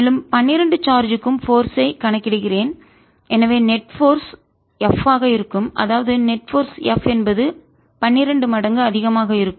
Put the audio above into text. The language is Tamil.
மேலும் 12 சார்ஜ் க்கும் போர்ஸ் ஐ சக்தியைக் கணக்கிடுகிறேன் எனவே நெட் போர்ஸ் நிகர விசை F ஆக இருக்கும் அதாவது நெட் போர்ஸ் நிகர விசை F என்பது 12 மடங்கு அதிகமாக இருக்கும்